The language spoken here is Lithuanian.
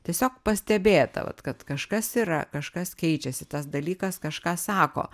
tiesiog pastebėta vat kad kažkas yra kažkas keičiasi tas dalykas kažką sako